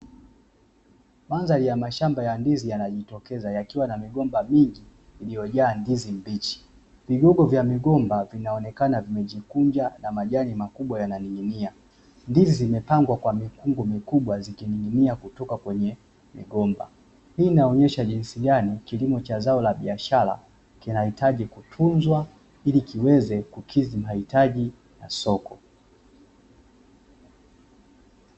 Madhari ya mashamba ya ndizi yanajitokeza yakiwa na migomba mingi iliyojaa ndizi mbichi. Vigogo vya migomba vinaonekana vimejikunja na majani makubwa yananing'inia. Ndizi zimepangwa kwa mikungu mikubwa zikining’inia kutoka kwenye migomba. Hii inaonyesha jinsi gani kilimo cha zao la biashara kinahitaji kutunzwa ili kiweze kukidhi mahitaji ya soko.